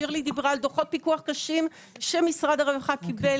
שירלי דיברה על דוחות פיקוח קשים שמשרד הרווחה קיבל